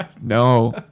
No